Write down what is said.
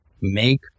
make